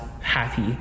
happy